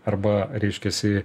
arba reiškiasi